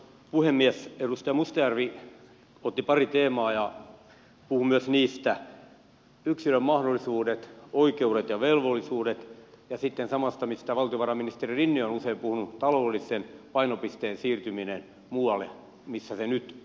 edustaja mustajärvi otti pari teemaa ja puhui niistä yksilön mahdollisuuksista oikeuksista ja velvollisuuksista ja sitten samasta mistä valtiovarainministeri rinne on usein puhunut taloudellisen painopisteen siirtymisestä muualle kuin missä se nyt on